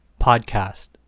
podcast